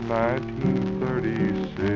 1936